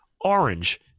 Orange